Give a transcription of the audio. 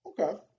Okay